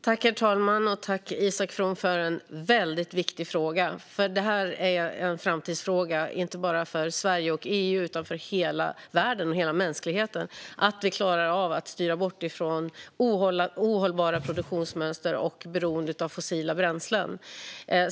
Herr talman! Tack för en väldigt viktig fråga, Isak From! Det är en framtidsfråga, inte bara för Sverige och EU utan för hela världen och mänskligheten, att vi klarar av att styra bort från ohållbara produktionsmönster och beroende av fossila bränslen.